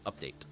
update